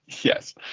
Yes